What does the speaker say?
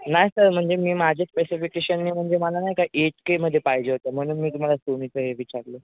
नाही सर म्हणजे मी माझे स्पेसिफिकेशननी म्हणजे मला नाही काय एट केमध्ये पाहिजे होतं म्हणून मी तुम्हाला सोनीचं हे विचारलं